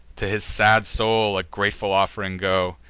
to his sad soul a grateful off'ring go!